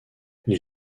les